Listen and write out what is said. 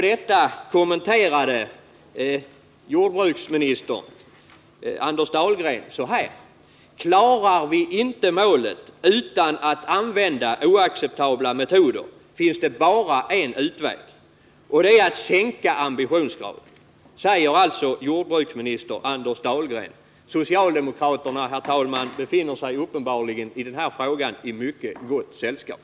Detta kommenterade jordbruksministern Anders Dahlgren så här: Klarar vi inte målet utan att använda oacceptabla metoder, finns det bara en utväg, och det är att sänka ambitionsgraden. Socialdemokraterna befinner sig uppenbarligen i den här frågan i mycket gott sällskap.